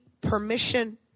permission